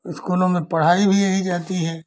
स्कूलों में पढ़ाई भी यही जाती है